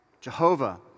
Jehovah